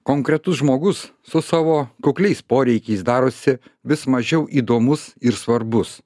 konkretus žmogus su savo kukliais poreikiais darosi vis mažiau įdomus ir svarbus